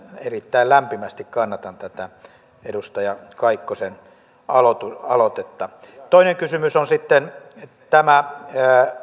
erittäin lämpimästi kannatan edustaja kaikkosen aloitetta toinen kysymys on tämä